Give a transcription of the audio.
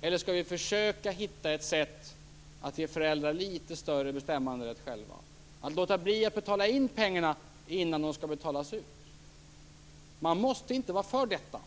eller om vi skall försöka hitta ett sätt att ge föräldrarna litet större bestämmanderätt och låta bli att betala in pengarna innan de skall betalas ut. Man måste inte vara för detta.